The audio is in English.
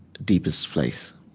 deepest place,